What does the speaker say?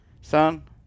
son